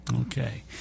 Okay